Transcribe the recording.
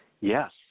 Yes